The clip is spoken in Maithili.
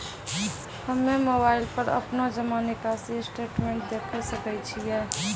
हम्मय मोबाइल पर अपनो जमा निकासी स्टेटमेंट देखय सकय छियै?